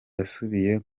yasubiye